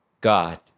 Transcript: God